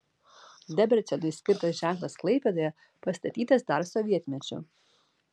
debrecenui skirtas ženklas klaipėdoje pastatytas dar sovietmečiu